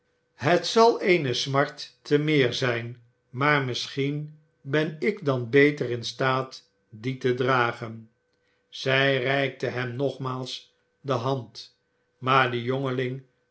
het zal eene smart te meer zijn maar misschien ben ik dan beter in staat die te dragen zij reikte hem nogmaals de hand maar de jongeling